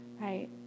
right